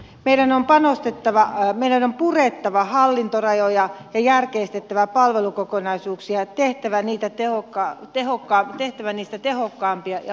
meidän on purettava hallintorajoja ja järkeistettävä palvelukokonaisuuksia ja tehtävä niistä tehokkaampia ja vaikuttavampia